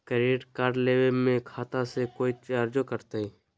Credit card लेवे में खाता से कोई चार्जो कटतई?